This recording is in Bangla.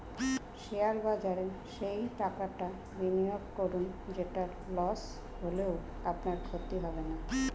শেয়ার বাজারে সেই টাকাটা বিনিয়োগ করুন যেটা লস হলেও আপনার ক্ষতি হবে না